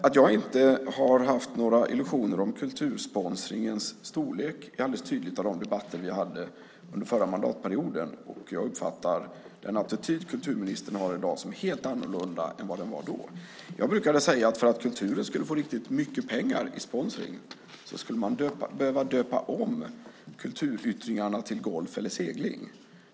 Att jag inte har haft några illusioner om kultursponsringens storlek är alldeles tydligt av de debatter som vi hade under förra mandatperioden. Jag uppfattar den attityd kulturministern har i dag som helt annorlunda än vad den var då. Jag brukade säga att för att kulturen skulle få riktigt mycket pengar i sponsring skulle man behöva döpa om kulturyttringarna till golf eller segling.